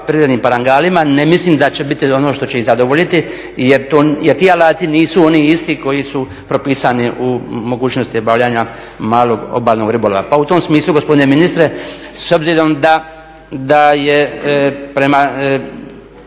prirodnim parangalima ne mislim da će biti ono što će ih zadovoljiti jer ti alati nisu oni isti koji su propisani u mogućnosti obavljanja malog obalnog ribolova. Pa u tom smislu gospodine ministre s obzirom da je prema